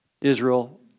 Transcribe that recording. Israel